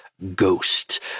Ghost